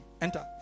enter